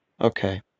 okay